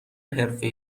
حرفه